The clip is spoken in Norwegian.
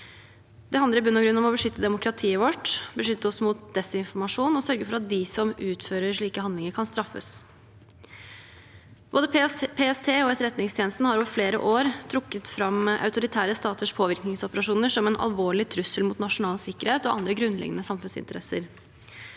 Det handler i bunn og grunn om å beskytte demokratiet vårt, beskytte oss mot desinformasjon og sørge for at de som utfører slike handlinger, kan straffes. Både PST og Etterretningstjenesten har over flere år trukket fram autoritære staters påvirkningsoperasjoner som en alvorlig trussel mot nasjonal sikkerhet og andre grunnleggende samfunnsinteresser.